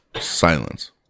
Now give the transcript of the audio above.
Silence